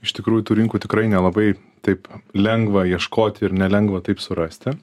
iš tikrųjų tų rinkų tikrai nelabai taip lengva ieškoti ir nelengva taip surasti